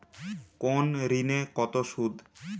কোন ঋণে কত সুদ?